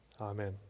Amen